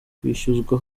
kwishyuzwa